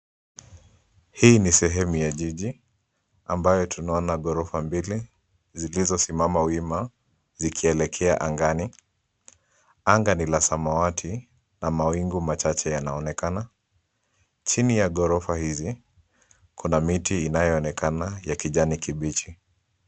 Hii ni sehemu ya jiji ambayo tunaona ghorofa mbili zilizosimama wima zikielekea angani, anda ni la samawati na mawingu machache yanaonekana chini ya ghorofa hizi kuna miti inayoonekana ya kijani kibichi.